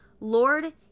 Lord